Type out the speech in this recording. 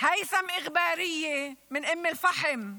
היית'ם אגברייה מאום אל-פחם,